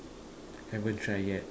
haven't try yet